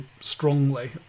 strongly